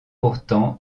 pourtant